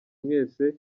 mwese